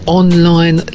online